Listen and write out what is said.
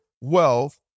wealth